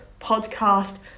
Podcast